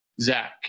Zach